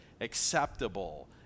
acceptable